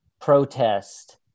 protest